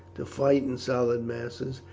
to fight in solid masses,